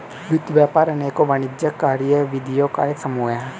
वित्त व्यापार अनेकों वाणिज्यिक कार्यविधियों का एक समूह है